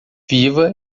viva